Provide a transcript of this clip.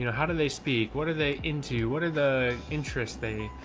you know how do they speak? what are they into? what are the interest they,